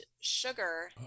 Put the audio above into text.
sugar